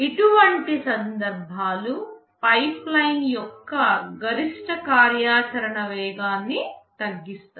ఇటువంటి సందర్భాలు పైప్లైన్ యొక్క గరిష్ట కార్యాచరణ వేగాన్ని తగ్గిస్తాయి